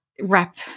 wrap